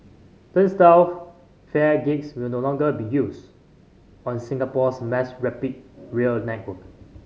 turnstile fare gates will no longer be used on Singapore's mass rapid rail network